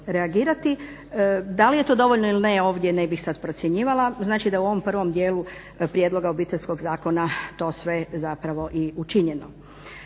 Da li je to dovoljno ili ne, ovdje ne bih sada procjenjivala, znači da u ovom prvom djelu prijedloga Obiteljskog zakona to sve zapravo i učinjeno.